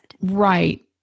Right